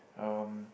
um